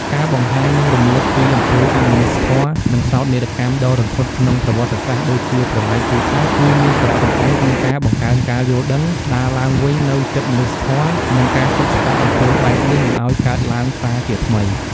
ការបង្ហាញ និងរំលឹកពីអំពើអមនុស្សធម៌ និងសោកនាដកម្មដ៏រន្ធត់ក្នុងប្រវត្តិសាស្ត្រដូចជាប្រល័យពូជសាសន៍ គឺមានសារៈសំខាន់ក្នុងការបង្កើនការយល់ដឹង ស្ដារឡើងវិញនូវចិត្តមនុស្សធម៌ និងការទប់ស្កាត់អំពើបែបនេះមិនឱ្យកើតឡើងសារជាថ្មី។